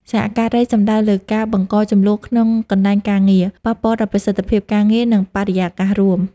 សហការីសំដៅលើការ បង្កជម្លោះក្នុងកន្លែងការងារ ប៉ះពាល់ដល់ប្រសិទ្ធភាពការងារ និងបរិយាកាសរួម។